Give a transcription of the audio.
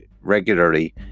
regularly